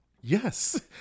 yes